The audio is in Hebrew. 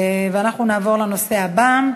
נעבור לנושא הבא,